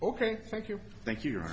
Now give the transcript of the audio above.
ok thank you thank you